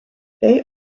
they